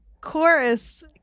chorus